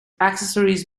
accessories